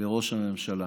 לראש הממשלה,